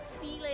feeling